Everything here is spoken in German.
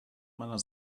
meiner